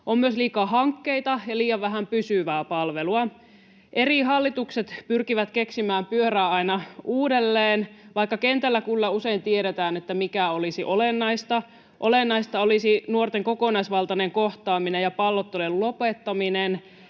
On myös liikaa hankkeita ja liian vähän pysyvää palvelua. Eri hallitukset pyrkivät keksimään pyörää aina uudelleen, vaikka kentällä kyllä usein tiedetään, mikä olisi olennaista. Olennaista olisi nuorten kokonaisvaltainen kohtaaminen ja pallottelun lopettaminen,